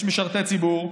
יש משרתי ציבור,